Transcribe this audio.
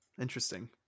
interesting